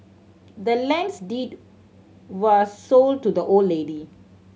the land's deed was sold to the old lady